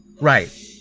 Right